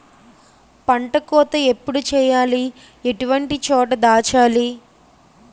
పంట కోత ఎప్పుడు చేయాలి? ఎటువంటి చోట దాచాలి?